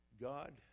God